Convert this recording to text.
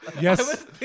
yes